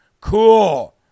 Cool